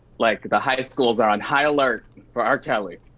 like the high schools are on high alert for r. kelly.